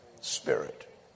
Spirit